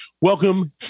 Welcome